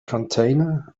container